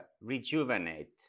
rejuvenate